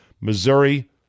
Missouri